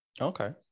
Okay